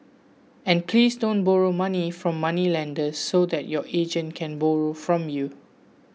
and please don't borrow money from moneylenders so that your agent can borrow from you